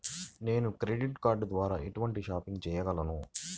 నేను credit card ద్వార ఎటువంటి షాపింగ్ చెయ్యగలను?